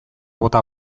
bota